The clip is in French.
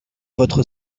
votre